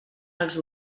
els